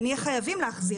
ונהיה חייבים להחזיר.